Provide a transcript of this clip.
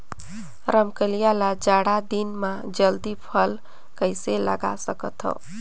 रमकलिया ल जाड़ा दिन म जल्दी फल कइसे लगा सकथव?